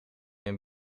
een